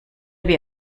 wie